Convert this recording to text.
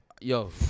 Yo